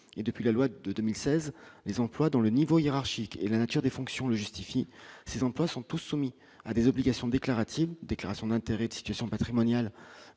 et, depuis la loi de 2016 les employes dans le niveau hiérarchique et la nature des fonctions le justifie ces emplois sont tous soumis à des obligations déclaratives, déclarations d'intérêt de situation patrimoniale,